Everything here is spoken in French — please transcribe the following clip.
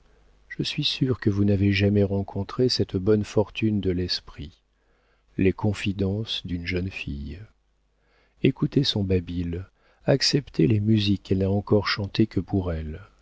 je suis sûre que vous n'avez jamais rencontré cette bonne fortune de l'esprit les confidences d'une jeune fille écoutez son babil acceptez les musiques qu'elle n'a encore chantées que pour elle